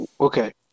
okay